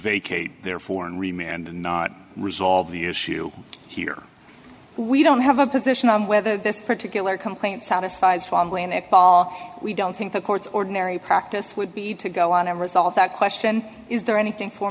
vacate therefore and remain and not resolve the issue here we don't have a position on whether this particular complaint satisfies family and it all we don't think the courts ordinary practice would be to go on and resolve that question is there anything for